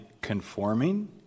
conforming